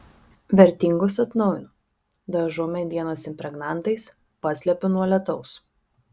vertingus atnaujinu dažau medienos impregnantais paslepiu nuo lietaus